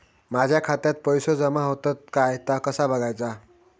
माझ्या खात्यात पैसो जमा होतत काय ता कसा बगायचा?